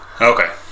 Okay